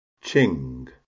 ching